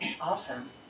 awesome